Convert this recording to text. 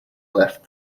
left